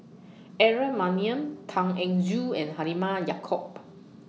Aaron Maniam Tan Eng Joo and Halimah Yacob